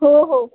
हो हो